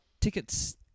tickets